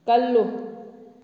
ꯀꯜꯂꯨ